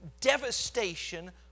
devastation